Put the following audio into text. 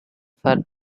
for